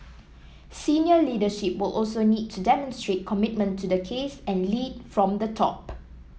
senior leadership will also need to demonstrate commitment to the case and lead from the top